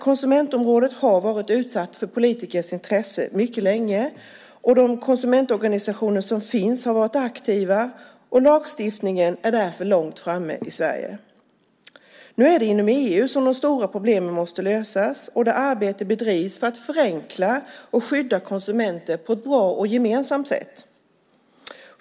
Konsumentområdet har varit utsatt för politikers intresse mycket länge, och de konsumentorganisationer som finns har varit aktiva. Lagstiftningen är därför långt framme i Sverige. Nu är det inom EU som de stora problemen måste lösas och där arbetet bedrivs för att förenkla och skydda konsumenter på ett bra och gemensamt sätt.